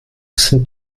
sind